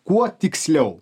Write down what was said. kuo tiksliau